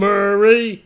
Murray